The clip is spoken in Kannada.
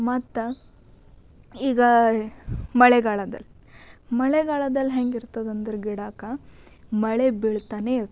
ಮತ್ತು ಈಗ ಮಳೆಗಾಲದಲ್ಲಿ ಮಳೆಗಾಲದಲ್ಲಿ ಹೇಗಿರ್ತದೆಂದ್ರೆ ಗಿಡಕ್ಕೆ ಮಳೆ ಬೀಳ್ತಾನೇ ಇರ್ತದೆ